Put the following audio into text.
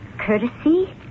courtesy